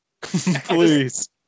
please